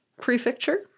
prefecture